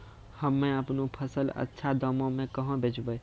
हम्मे आपनौ फसल अच्छा दामों मे कहाँ बेचबै?